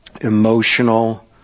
emotional